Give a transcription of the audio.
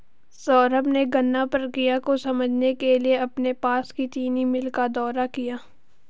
सौरभ ने गन्ना प्रक्रिया को समझने के लिए अपने पास की चीनी मिल का दौरा किया